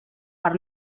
per